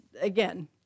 again